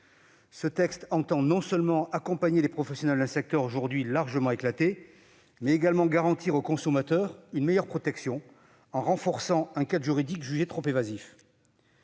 Ce texte entend non seulement accompagner les professionnels d'un secteur aujourd'hui largement éclaté, mais également garantir aux consommateurs une meilleure protection, en renforçant un cadre juridique jugé trop évasif.